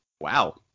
wow